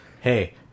hey